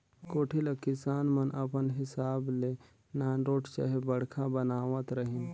कोठी ल किसान मन अपन हिसाब ले नानरोट चहे बड़खा बनावत रहिन